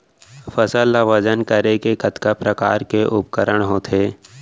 फसल ला वजन करे के कतका प्रकार के उपकरण होथे?